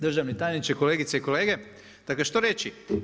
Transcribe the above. Državni tajniče, kolegice i kolege, dakle što reći?